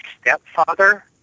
stepfather